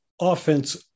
offense